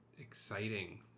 exciting